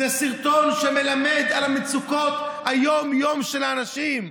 זה סרטון שמלמד על מצוקות היום-יומיות של האנשים.